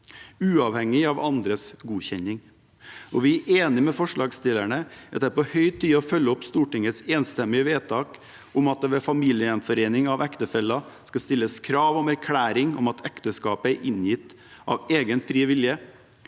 uavhengig av andres godkjenning. Vi er enige med forslagsstillerne i at det er på høy tid å følge opp Stortingets enstemmige vedtak om at det ved familiegjenforening av ektefeller skal stilles krav om erklæring om at ekteskapet er inngått av egen fri vilje,